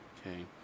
okay